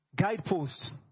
Guideposts